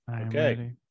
okay